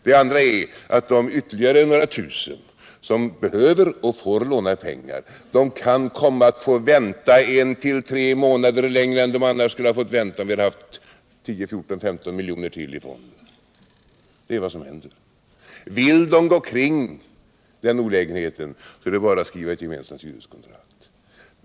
Det andra är att de ytterligare några tusen ungdomar som behöver och får låna pengar kan komma att få vänta 1-3 månader mer än de skulle ha fått vänta om vi haft ytterligare 10-15 miljoner i fonden. Det är vad som händer. Vill de kringgå den olägenheten är det bara att skriva ett gemensamt hyreskontrakt.